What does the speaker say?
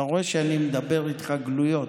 אתה רואה שאני מדבר איתך גלויות.